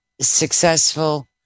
successful